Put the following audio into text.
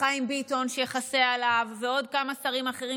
חיים ביטון שיכסה עליו ועוד כמה שרים אחרים,